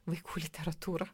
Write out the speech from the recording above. vaikų literatūrą